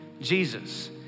Jesus